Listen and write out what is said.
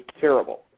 terrible